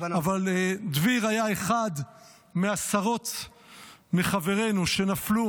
אבל דביר היה אחד מעשרות מחברינו שנפלו